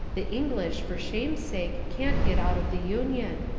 the english for shame's sake can't get out of the union,